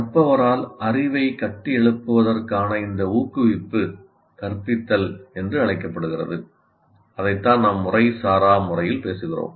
கற்பவரால் அறிவைக் கட்டியெழுப்புவதற்கான இந்த ஊக்குவிப்பு கற்பித்தல் என்று அழைக்கப்படுகிறது அதைத்தான் நாம் முறைசாரா முறையில் பேசுகிறோம்